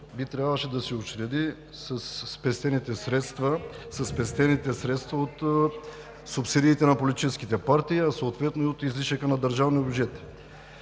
би трябвало да се учреди със спестените средства от субсидиите на политическите партии, съответно от излишъка на държавния бюджет.